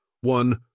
one